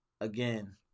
Again